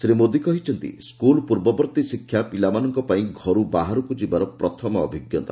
ଶ୍ରୀ ମୋଦି କହିଛନ୍ତି ସ୍କୁଲ୍ ପୂର୍ବବର୍ତ୍ତୀ ଶିକ୍ଷା ପିଲାମାନଙ୍କ ପାଇଁ ଘରୁ ବାହାରକୁ ଯିବାର ପ୍ରଥମ ଅଭିଜ୍ଞତା